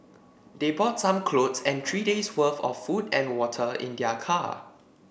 they brought some clothes and three day's worth of food and water in their car